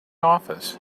office